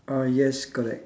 ah yes correct